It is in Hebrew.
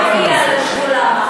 זה היה מגיע לשדולה מחר.